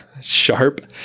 sharp